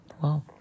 wow